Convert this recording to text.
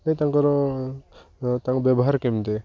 ନ ତାଙ୍କର ତାଙ୍କ ବ୍ୟବହାର କେମିତି